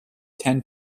tend